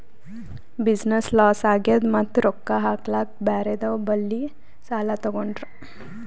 business loss ಆಗ್ಯಾದ್ ಮತ್ತ ರೊಕ್ಕಾ ಹಾಕ್ಲಾಕ್ ಬ್ಯಾರೆದವ್ ಬಲ್ಲಿ ಸಾಲಾ ತೊಗೊಂಡ್ರ